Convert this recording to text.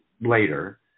later